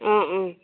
অ অ